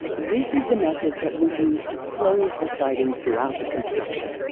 this is the method that was used to close the siding throughout the construction.